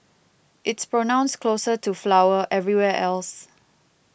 it's pronounced closer to 'flower' everywhere else